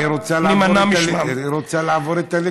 היא רוצה לעבור את הליכוד.